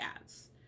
ads